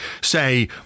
say